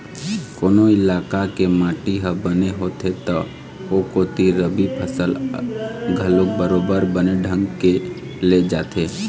कोनो इलाका के माटी ह बने होथे त ओ कोती रबि फसल घलोक बरोबर बने ढंग के ले जाथे